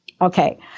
Okay